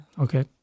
Okay